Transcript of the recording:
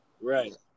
right